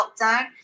lockdown